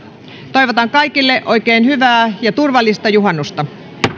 toivotan kaikille oikein hyvää ja turvallista juhannusta